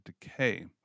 decay